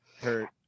hurt